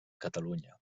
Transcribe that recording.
catalunya